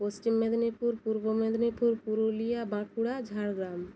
Paschim Medinipur Purba Medinipur Purulia Bankura Jhargram